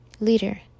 Leader